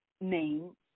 Name